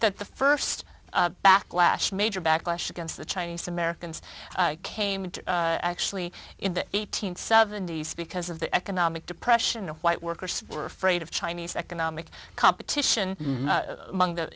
that the st backlash major backlash against the chinese americans came into actually in the th seventies because of the economic depression white workers were afraid of chinese economic competition among the